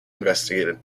investigated